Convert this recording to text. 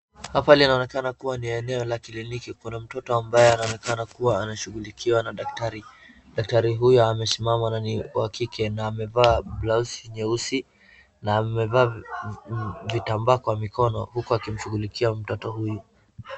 Hapa linaonekana kuwa ni eneo la kliniki. Kuna mtoto ambaye anaonekana kuwa anashughulikiwa na daktari. Daktari huyu amesimama na ni wa kike na amevaa blausi nyeusi na amevaa vitambaa kwa mikono huku akimshughulikia mtoto huyu.